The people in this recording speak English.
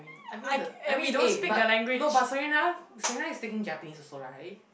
I mean I mean the I mean eh but no but Serena Serena is taking Japanese also right